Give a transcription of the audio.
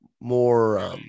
more